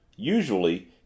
Usually